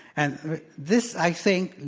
and this, i think,